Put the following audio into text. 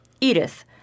Edith